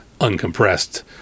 uncompressed